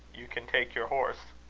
you can take your horse.